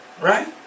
Right